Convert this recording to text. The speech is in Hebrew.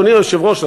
אדוני היושב-ראש,